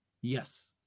Yes